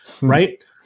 right